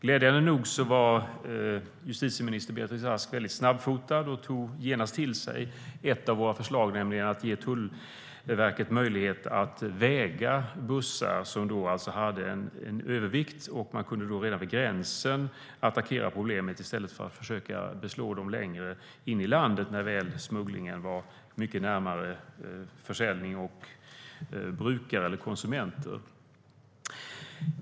Glädjande nog var justitieminister Beatrice Ask väldigt snabbfotad och tog genast till sig ett av våra förslag, nämligen att ge Tullverket möjlighet att väga bussar som hade en övervikt. Man kunde då redan vid gränsen attackera problemet i stället för att försöka beslå dem längre in i landet, när väl smugglingen var mycket närmare försäljning och brukare eller konsumenter.